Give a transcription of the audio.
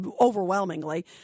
overwhelmingly